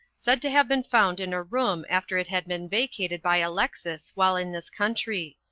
said to have been found in a room after it had been vacated by alexis while in this country.